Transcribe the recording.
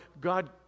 God